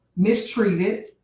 mistreated